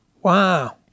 Wow